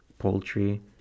poultry